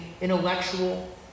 intellectual